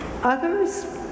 Others